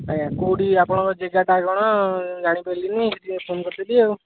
ଆଜ୍ଞା କେଉଁଠି ଆପଣଙ୍କ ଜାଗାଟା କ'ଣ ଜାଣିପାରିଲିନି ସେଥିପାଇଁ ଫୋନ୍ କରିଥିଲି ଆଉ